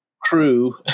crew